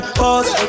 pause